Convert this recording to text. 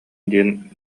диэн